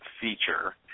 feature